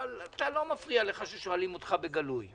אבל לא מפריע לך כששואלים אותך בגלוי.